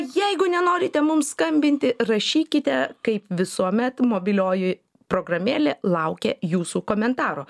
jeigu nenorite mums skambinti rašykite kaip visuomet mobilioji programėlė laukia jūsų komentarų